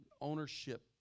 ownership